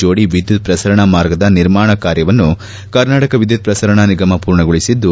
ಜೋಡಿ ವಿದ್ಯುತ್ ಪ್ರಸರಣಾ ಮಾರ್ಗದ ನಿರ್ಮಾಣ ಕಾರ್ಯವನ್ನು ಕರ್ನಾಟಕ ವಿದ್ಯುತ್ ಪ್ರಸರಣಾ ನಿಗಮ ಪೂರ್ಣಗೊಳಿಸಿದ್ದು